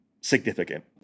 significant